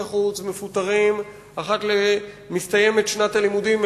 החוץ מפוטרים בסיום כל שנת לימודים,